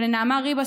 ולנעמה ריבה,